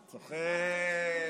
צוחק.